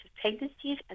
pregnancies